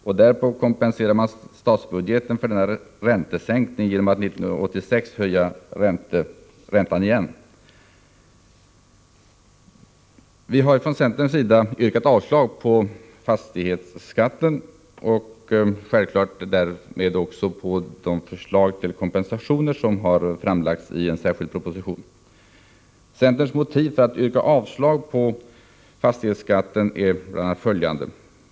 Och därpå kompenserar man statsbudgeten för denna räntesänkning genom att 1986 höja räntan igen.” Från centerns sida yrkar vi avslag på förslaget om fastighetsskatten och självfallet även på de förslag till kompensation som framläggs i en särskild proposition. Centerns motiv för att yrka avslag på förslaget om fastighetsskatten är bl.a. följande.